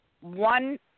one